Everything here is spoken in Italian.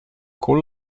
con